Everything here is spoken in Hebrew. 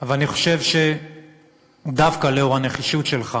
אבל אני חושב שדווקא לאור הנחישות שלך,